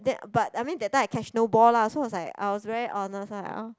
then but I mean that time I catch no ball lah so was like I was very honest um